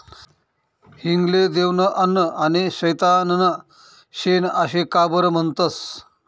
हिंग ले देवनं अन्न आनी सैताननं शेन आशे का बरं म्हनतंस?